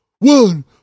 one